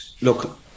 look